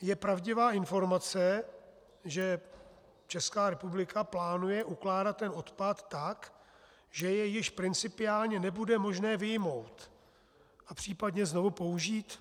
Je pravdivá informace, že Česká republika plánuje ukládat ten odpad tak, že jej již principiálně nebude možné vyjmout a případně znovu použít?